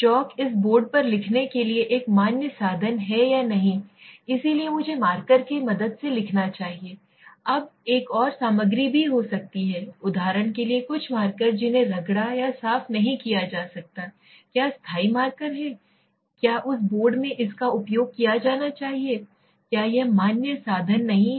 चाक इस बोर्ड पर लिखने के लिए एक मान्य साधन है या नहीं इसलिए मुझे मार्कर की मदद से लिखना चाहिए अब एक और सामग्री भी हो सकती है उदाहरण के लिए कुछ मार्कर जिन्हें रगड़ा या साफ नहीं किया जा सकता है क्या स्थायी मार्कर हैं क्या उस बोर्ड में इसका उपयोग किया जाना चाहिए क्या यह मान्य साधन नहीं है